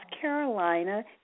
Carolina